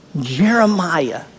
Jeremiah